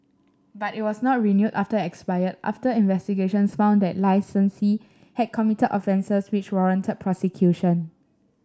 but it was not renewed after it expired after investigations found that the licensee had committed offences which warranted prosecution